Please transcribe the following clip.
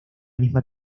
misma